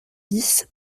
dix